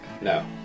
no